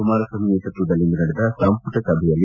ಕುಮಾರಸ್ವಾಮಿ ನೇತೃತ್ವದಲ್ಲಿಂದು ನಡೆದ ಸಂಪುಟ ಸಭೆಯಲ್ಲಿ